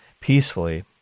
peacefully